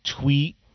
tweet